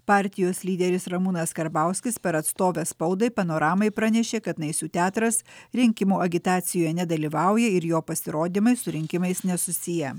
partijos lyderis ramūnas karbauskis per atstovę spaudai panoramai pranešė kad naisių teatras rinkimų agitacijoje nedalyvauja ir jo pasirodymai su rinkimais nesusiję